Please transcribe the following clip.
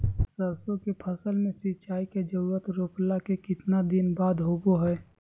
सरसों के फसल में सिंचाई के जरूरत रोपला के कितना दिन बाद होबो हय?